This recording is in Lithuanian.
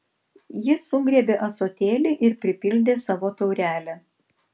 jis sugriebė ąsotėlį ir pripildė savo taurelę